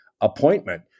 appointment